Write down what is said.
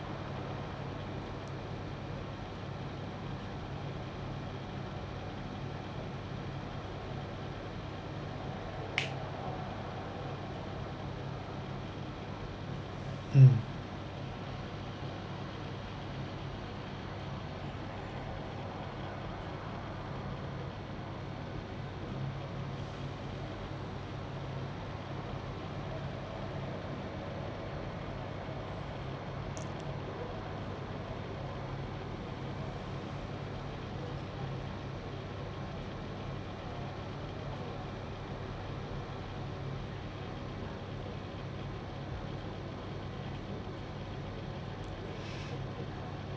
mm